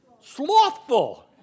slothful